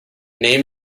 name